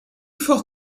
fort